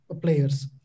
players